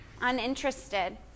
uninterested